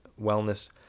wellness